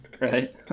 Right